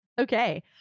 Okay